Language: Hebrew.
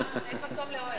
אין מקום לאוהל.